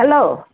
hello